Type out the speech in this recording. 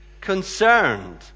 concerned